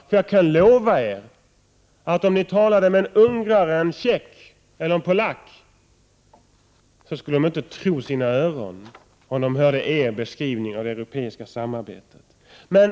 Jag kan nämligen lova er miljöpartister att om ni talade med en ungrare, en tjeckoslovak eller en polack skulle de inte tro sina öron om de hörde er beskrivning av det europeiska samarbetet. Fru talman!